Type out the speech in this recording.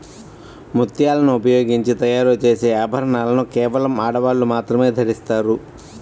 ముత్యాలను ఉపయోగించి తయారు చేసే ఆభరణాలను కేవలం ఆడవాళ్ళు మాత్రమే ధరిస్తారు